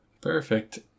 Perfect